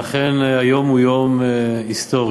ואכן היום הוא יום היסטורי.